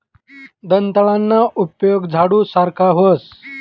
दंताळाना उपेग झाडू सारखा व्हस